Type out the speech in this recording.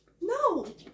No